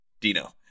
Dino